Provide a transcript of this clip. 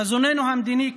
חזוננו המדיני,